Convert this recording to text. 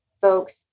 folks